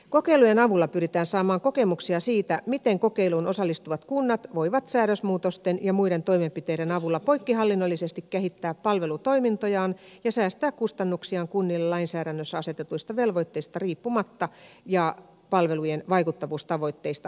kokeilujen avulla pyritään saamaan kokemuksia siitä miten kokeiluun osallistuvat kunnat voivat säädösmuutosten ja muiden toimenpiteiden avulla poikkihallinnollisesti kehittää palvelutoimintojaan ja säästää kustannuksiaan kunnille lainsäädännössä asetetuista velvoitteista riippumatta ja palvelujen vaikuttavuustavoitteista tinkimättä